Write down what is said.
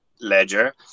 ledger